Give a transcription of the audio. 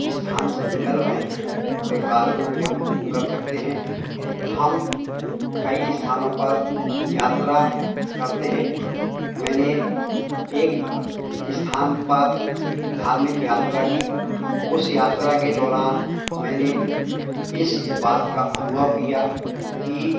स्थान से निकल रहे हैं वह कार्य को भी हम पूर्ण कर सकते हैं हम कई स्थानों पर यात्रा करते हैं मैंने एक स्थान पर धार्मिक यात्रा की उस यात्रा के दौरान मैंने इस बात का अनुभव किया कि